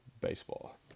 Baseball